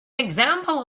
example